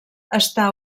està